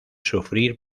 sufrir